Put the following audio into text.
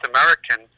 American